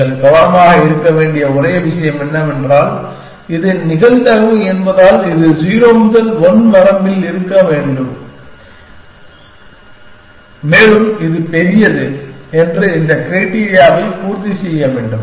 நீங்கள் கவனமாக இருக்க வேண்டிய ஒரே விஷயம் என்னவென்றால் இது நிகழ்தகவு என்பதால் இது 0 முதல் 1 வரம்பில் வர வேண்டும் மேலும் இது பெரியது என்று இந்த கிரிட்டீரியாவை பூர்த்தி செய்ய வேண்டும்